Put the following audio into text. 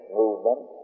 movement